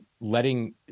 letting